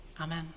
Amen